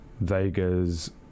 Vega's